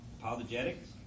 apologetics